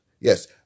Yes